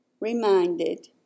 reminded